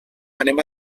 anem